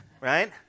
Right